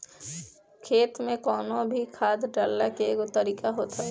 खेत में कवनो भी खाद डालला के एगो तरीका होत हवे